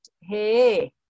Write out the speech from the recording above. Hey